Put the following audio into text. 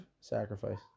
sacrifice